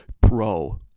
pro